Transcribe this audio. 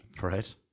Right